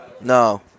No